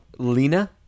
Lena